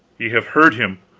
ye have heard him.